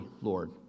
Lord